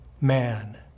man